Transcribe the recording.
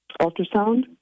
ultrasound